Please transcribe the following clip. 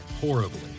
Horribly